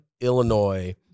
Illinois